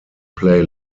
play